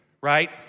right